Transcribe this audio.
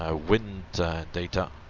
ah wind data